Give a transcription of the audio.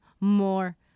more